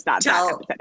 tell